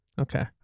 Okay